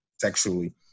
sexually